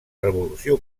revolució